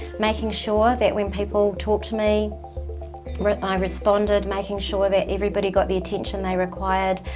making sure that when people talk to me i responded, making sure that everybody got the attention they required.